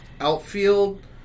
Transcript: outfield